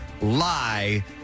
lie